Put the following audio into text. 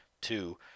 Two